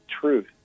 truth